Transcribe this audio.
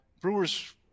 Brewers